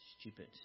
stupid